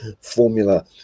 Formula